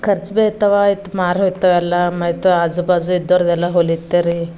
ಖರ್ಚು ಬೀಳ್ತವ ಇತ್ತ ಮಾರು ಹೋಯ್ತವಲ್ಲ ಮತ್ತು ಆಜು ಬಾಜು ಇದ್ದವ್ರದ್ದೆಲ್ಲ ಹೊಲಿತೇವ್ರಿ